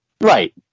Right